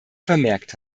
vermerkt